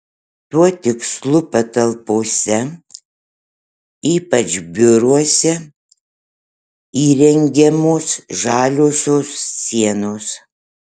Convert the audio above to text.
tuo tikslu patalpose ypač biuruose įrengiamos žaliosios sienos